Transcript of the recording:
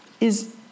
Is